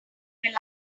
rely